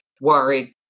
worried